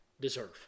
deserve